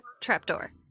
trapdoor